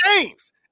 games